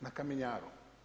Na kamenjaru.